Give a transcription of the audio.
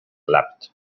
leapt